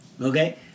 Okay